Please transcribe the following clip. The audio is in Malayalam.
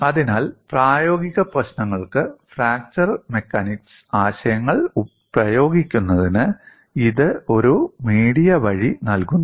അതിനാൽ പ്രായോഗിക പ്രശ്നങ്ങൾക്ക് ഫ്രാക്ചർ മെക്കാനിക്സ് ആശയങ്ങൾ പ്രയോഗിക്കുന്നതിന് ഇത് ഒരു മീഡിയ വഴി നൽകുന്നു